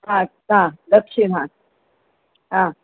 दक्षिण हां हां